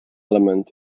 element